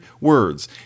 words